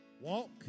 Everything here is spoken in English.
walk